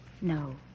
No